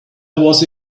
was